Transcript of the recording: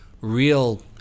real